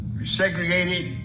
segregated